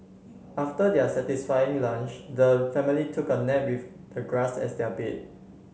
after their satisfying lunch the family took a nap with the grass as their bed